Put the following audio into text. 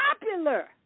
popular